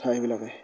কথা সেইবিলাকেই